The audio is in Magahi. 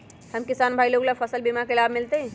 हम किसान भाई लोग फसल बीमा के लाभ मिलतई?